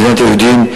מדינת היהודים,